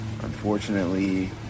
Unfortunately